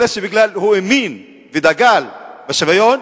אלא מכיוון הוא האמין ודגל בשוויון,